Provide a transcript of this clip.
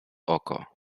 oko